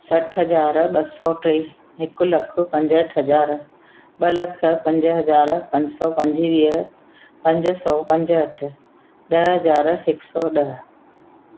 सठि हज़ार ॿ सौ टे हिकु लखु पंजहठि हज़ार ॿ लख पंज हज़ार पंज सौ पंजुवीह पंज सौ पंजहठि ॾह हज़ार हिकु सौ ॾह